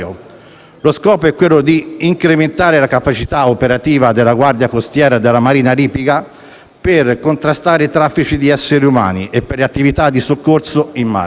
Lo scopo è quello di incrementare la capacità operativa della Guardia costiera e della Marina libiche per contrastare i traffici di esseri umani e per le attività di soccorso in mare.